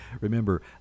remember